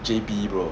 J_B bro